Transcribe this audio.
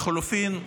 לחלופין,